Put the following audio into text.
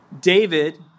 David